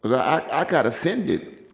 but i got offended.